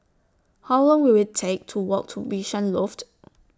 How Long Will IT Take to Walk to Bishan Loft